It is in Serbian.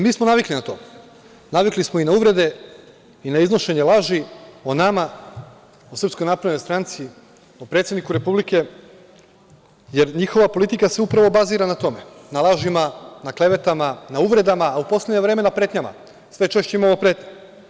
Mi smo navikli na to, navikli smo i na uvrede i na iznošenje laži o nama, o SNS, o predsedniku Republike, jer njihova politika upravo bazira na tome, na lažima, na klevetama, na uvredama, a u poslednje vreme na pretnjama, sve češće imamo pretnje.